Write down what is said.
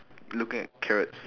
looking at carrots